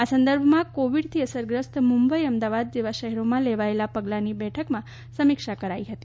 આ સંદર્ભમાં કોવીડથી અસરગ્રસ્ત મુંબઈ અમદાવાદ જેવા શહેરોમાં લેવાયેલા પગલાંની બેઠકમાં સમીક્ષા કરવામાં આવી હતી